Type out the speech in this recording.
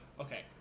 Okay